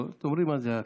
תאמרי מה זה ה-cap.